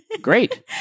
Great